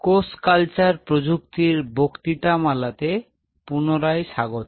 কোষ কালচার প্রযুক্তির বক্তৃতামালা তে পুনরায় স্বাগত